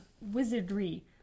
wizardry